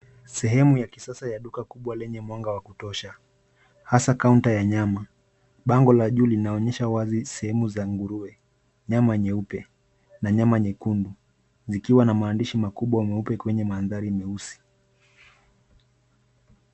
Sehemu ya kisasa ya duka kubwa lenye mwanga wa kutosha, hasa kaunta ya nyama. Bango la juu linaonyesha wazi sehemu za nguruwe, nyama nyeupe na nyama nyekundu zikiwa na maandishi makubwa mweupe kwenye mandhari meusi.